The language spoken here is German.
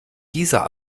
dieser